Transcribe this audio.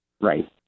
Right